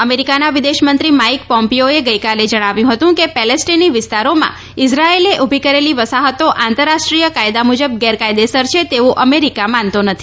અમેરિકાના વિદેશમંત્રી માઇક પોમ્પીઓએ ગઇકાલે જણાવ્યું હતું કે પેલેસ્ટીની વિસ્તારોમાં ઇઝરાયેલી ઊલી કરેલી વસાહતો આંતરરાષ્ટ્રીય કાયદા મુજબ ગેરકાયદેસર છે તેવુ અમેરિકા માનતો નથી